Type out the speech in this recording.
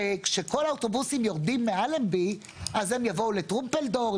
שכשכול האוטובוסים יורדים מאלנבי אז הם יבואו לטרומפלדור,